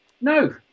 no